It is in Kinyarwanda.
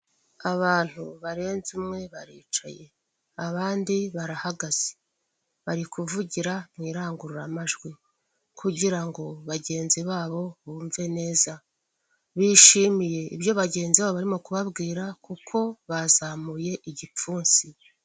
Abantu barenze umwe baricaye, abandi barahagaze bari ku vugira mu irangururamajwi kugira ngo bagenzi babo bumve neza, bishimiye ibyo bagenzi babo bari kubabwira kuko bazamuye igipfunsi.